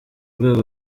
rwego